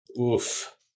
Oof